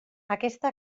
aquesta